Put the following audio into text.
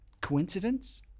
Coincidence